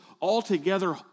altogether